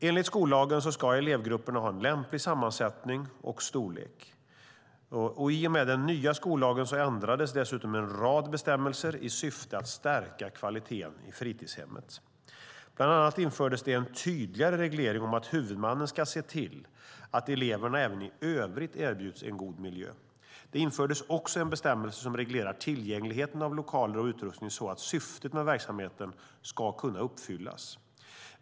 Enligt skollagen ska elevgrupperna ha en lämplig sammansättning och storlek. I och med den nya skollagen ändrades dessutom en rad bestämmelser i syfte att stärka kvaliteten i fritidshemmet. Bland annat infördes det en tydligare reglering om att huvudmannen ska se till att eleverna även i övrigt erbjuds en god miljö. Det infördes också en bestämmelse som reglerar tillgängligheten av lokaler och utrustning så att syftet med verksamheten ska kunna uppfyllas.